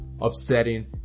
upsetting